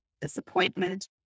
disappointment